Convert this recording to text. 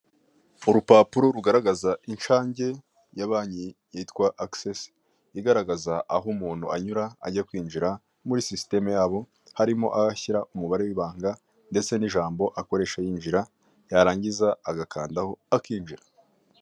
Urupapuro rugaragaza inshange ya banki yitwa access igaragaza aho umuntu anyura agiye kwinjira muri sisiteme yabo harimo aho ashyira umubare wibanga ndetse n'ijambo akoresha yinjira yarangiza agakandaho akinjira